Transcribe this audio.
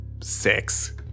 six